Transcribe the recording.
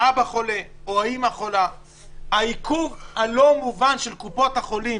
האבא חולה או האימא חולה ויש עיכוב לא מובן של קופות החולים.